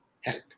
help